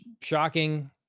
shocking